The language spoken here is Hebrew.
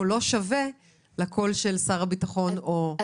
קולו של שר הרווחה שווה לקול של שר הביטחון או שר האוצר.